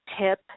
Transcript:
tip